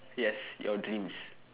yes your dreams